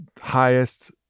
highest